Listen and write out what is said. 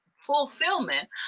fulfillment